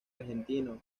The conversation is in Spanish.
argentino